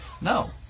no